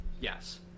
yes